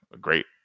great